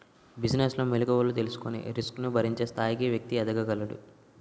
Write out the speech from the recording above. business లో మెలుకువలు తెలుసుకొని రిస్క్ ను భరించే స్థాయికి వ్యక్తి ఎదగగలడు